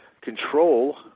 control